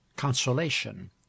consolation